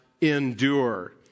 endure